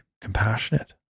compassionate